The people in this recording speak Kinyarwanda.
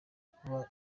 kuba